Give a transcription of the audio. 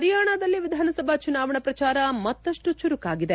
ಹರಿಯಾಣದಲ್ಲಿ ವಿಧಾನಸಭಾ ಚುನಾವಣಾ ಪ್ರಚಾರ ಮತ್ತಷ್ಟು ಚುರುಕಾಗಿದೆ